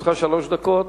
לרשותך שלוש דקות.